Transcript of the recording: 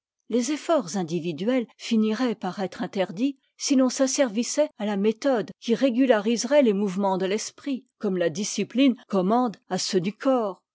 les efforts individuels finiraient par être interdits si l'on s'asservissait à la méthode qui régulariserait les mouvements de l'esprit comme la discipline commande à ceux du corps